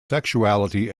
sexuality